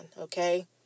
okay